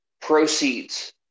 proceeds